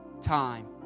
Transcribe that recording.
time